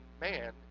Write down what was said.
man